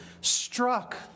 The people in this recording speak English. struck